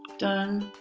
done.